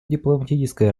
дипломатической